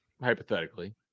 hypothetically